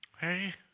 Hey